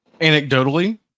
Anecdotally